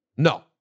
No